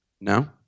no